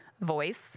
voice